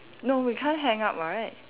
no we can't hang up right